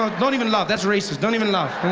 um don't even laugh, that's racist. don't even laugh.